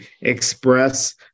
express